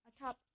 atop